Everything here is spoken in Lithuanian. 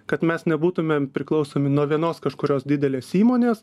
kad mes nebūtumėm priklausomi nuo vienos kažkurios didelės įmonės